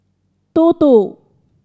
two two